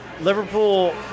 Liverpool